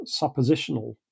suppositional